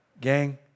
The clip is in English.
Gang